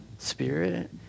spirit